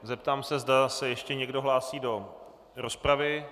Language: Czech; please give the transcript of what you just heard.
Zeptám se, zda se ještě někdo hlásí do rozpravy.